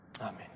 Amen